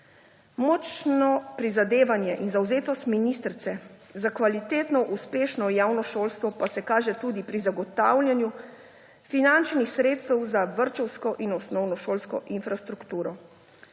Močno prizadevanje in zavzetost ministrice za kvalitetno, uspešno javno šolstvo pa se kažeta tudi pri zagotavljanju finančnih sredstev za vrtčevsko in osnovnošolsko infrastrukturo.